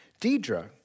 Deidre